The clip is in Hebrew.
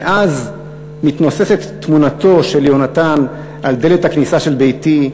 מאז מתנוססת תמונתו של יהונתן על דלת הכניסה של ביתי,